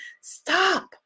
stop